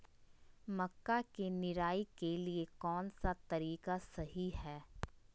मक्का के निराई के लिए कौन सा तरीका सही है?